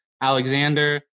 Alexander